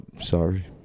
sorry